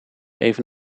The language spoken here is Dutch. even